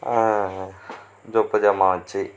சொப்பு ஜாமான் வச்சு